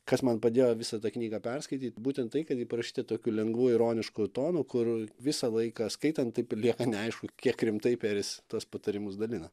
kas man padėjo visą tą knygą perskaityt būtent tai kad ji parašyta tokiu lengvu ironišku tonu kur visą laiką skaitant taip ir lieka neaišku kiek rimtai peris tuos patarimus dalina